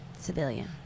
Civilian